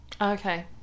okay